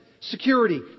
Security